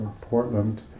Portland